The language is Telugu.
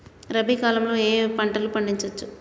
రబీ కాలంలో ఏ ఏ పంట పండించచ్చు?